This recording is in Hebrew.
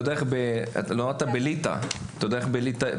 אתה יודע איך אומרים בליטא כסף?